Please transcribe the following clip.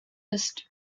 ist